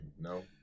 no